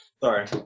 Sorry